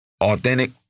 authentic